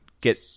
get